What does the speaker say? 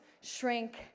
shrink